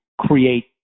create